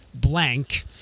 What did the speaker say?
blank